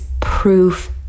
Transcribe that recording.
proof